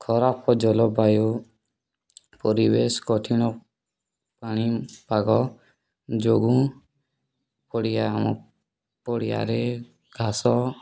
ଖରାପ ଜଳବାୟୁ ପରିବେଶ କଠିନ ପାଣିପାଗ ଯୋଗୁଁ ପଡ଼ିଆ ଆମ ପଡ଼ିଆରେ ଘାସ